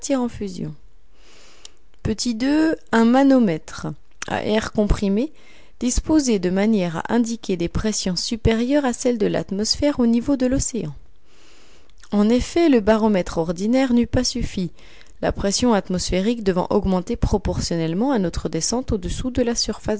en fusion o un manomètre à air comprimé disposé de manière à indiquer des pressions supérieures à celles de l'atmosphère au niveau de l'océan en effet le baromètre ordinaire n'eût pas suffi la pression atmosphérique devant augmenter proportionnellement à notre descente au-dessous de la surface